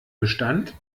bestand